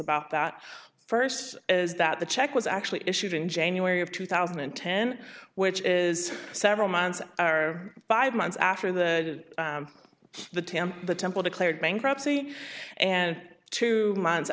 about that first is that the check was actually issued in january of two thousand and ten which is several months or five months after the the tam the temple declared bankruptcy and two months